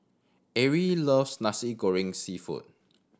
Arie loves Nasi Goreng Seafood